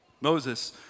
Moses